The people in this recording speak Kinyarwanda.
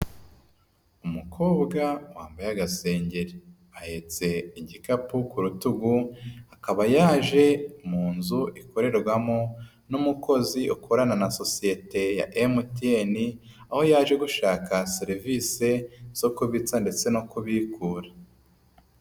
Umukobwa wambaye agasengeri, ahetse igikapu ku rutugu, akaba yaje mu nzu ikorerwamo n'umukozi ukorana na sosiyete ya Emutiyeni, aho yaje gushaka serivisi zo kubitsa ndetse no kubikura.